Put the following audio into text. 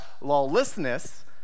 lawlessness